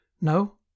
No